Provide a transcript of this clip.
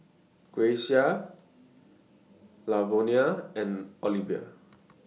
Grayce Lavonia and Olivia